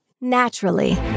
naturally